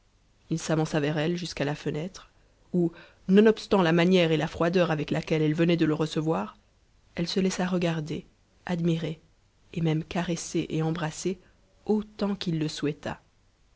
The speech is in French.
ii s'avança vers elle jusqu'à la fenêtre où nonobstant la manière et la froideur avec laquelle elle venait de le recevoir elle se laissa regarder admirer et même caresser et embrasser autant qu'il le souhaita